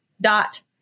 dot